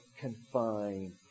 confined